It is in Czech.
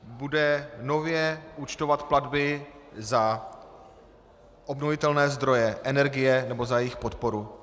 Bude nově účtovat platby za obnovitelné zdroje energie nebo za jejich podporu.